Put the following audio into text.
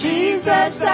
Jesus